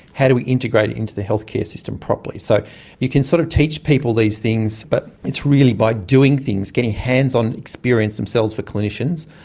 how do we integrate it into the healthcare system properly? so you can sort of teach people these things but it's really by doing things, getting hands-on experience themselves for clinicians,